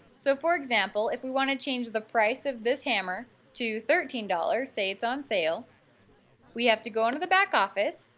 so, for example, if we want to change the price if this hammer to thirteen dollars say it's on sale we have to go into the backoffice,